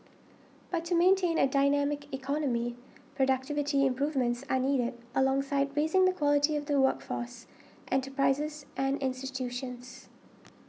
but to maintain a dynamic economy productivity improvements are needed alongside raising the quality of the workforce enterprises and institutions